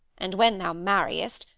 and when thou marriest,